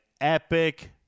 epic